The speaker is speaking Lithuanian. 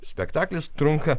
spektaklis trunka